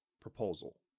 Proposal